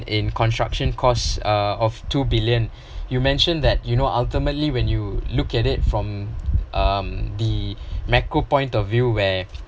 in construction costs uh of two billion you mentioned that you know ultimately when you look at it from um the macro point of view where